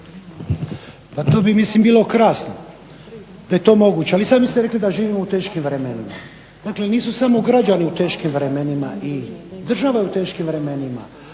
Pa to bi mislim bilo krasno da je to moguće. Ali sami ste rekli da živimo u teškim vremenima, dakle nisu samo građani u teškim vremenima i država je u teškim vremenima.